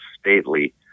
stately